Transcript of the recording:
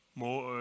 more